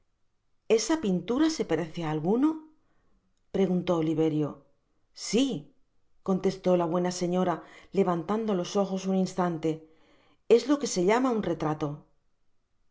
esa pintura se parece á alguno preguntó oliverio si contestó la buena señora levantando los ojos un instante es lo que se llama un retrato